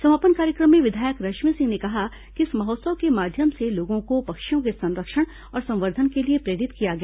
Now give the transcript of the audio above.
समापन कार्यक्रम में विधायक रश्मि सिंह ने कहा कि इस महोत्सव के माध्यम से लोगों को पक्षियों के संरक्षण और संवर्धन के लिए प्रेरित किया गया